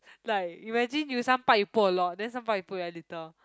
like imagine you some part you put a lot then some part you put a little